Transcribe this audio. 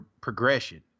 progression